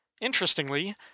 Interestingly